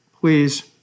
please